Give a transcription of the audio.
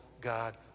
God